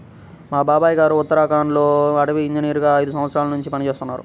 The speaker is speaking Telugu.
మా బాబాయ్ గారు ఉత్తరాఖండ్ లో అటవీ ఇంజనీరుగా ఐదు సంవత్సరాల్నుంచి పనిజేత్తన్నారు